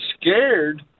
scared